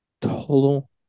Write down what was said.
Total